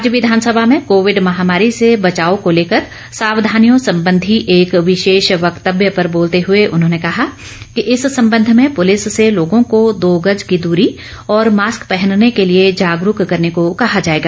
आज विधानसभा में कोविड महामारी से बचाव को लेकर सावधानियों संबंधी एक विशेष वक्तव्य पर बोलते हए उन्होंने कहा कि इस संबंध में पुलिस से लोगों को दो गज की दूरी और मास्क पहनने के लिए जागरूक करने को कहा जाएगा